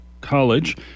College